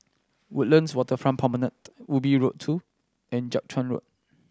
Woodlands Waterfront Promenade Ubi Road Two and Jiak Chuan Road